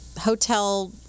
Hotel